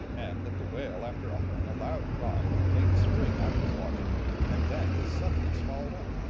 and that the whale after uttering a loud cry, made a spring out of the water and then was suddenly swallowed up.